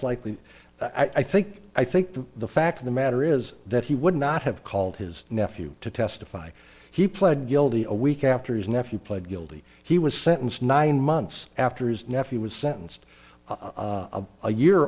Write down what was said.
likely i think i think the fact of the matter is that he would not have called his nephew to testify he pled guilty a week after his nephew pled guilty he was sentenced nine months after his nephew was sentenced a year